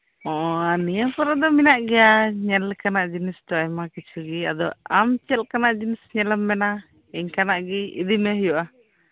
ᱟᱨ ᱱᱤᱭᱟᱹ ᱠᱚᱨᱮ ᱫᱚ ᱢᱮᱱᱟᱜ ᱜᱮᱭᱟ ᱧᱮᱞ ᱞᱮᱠᱟᱱᱟᱜ ᱟᱭᱢᱟ ᱠᱤᱪᱷᱩ ᱜᱮ ᱟᱫᱚ ᱟᱢ ᱪᱮᱫ ᱞᱮᱠᱟᱱᱜ ᱡᱤᱱᱤᱥ ᱧᱮᱞ ᱮᱢ ᱢᱮᱱᱟ ᱚᱱᱠᱟᱱᱟᱜ ᱜᱮ ᱤᱫᱤ ᱢᱮ ᱦᱩᱭᱩᱜᱼᱟ